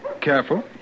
Careful